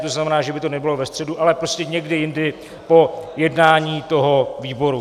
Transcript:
To znamená, že by to nebylo ve středu, ale prostě někdy jindy po jednání toho výboru.